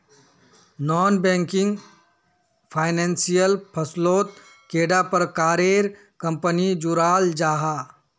Non banking financial फसलोत कैडा प्रकारेर कंपनी जुराल जाहा?